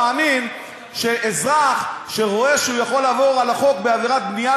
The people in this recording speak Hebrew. מאמין שאזרח שרואה שהוא יכול לעבור על החוק בעבירת בנייה,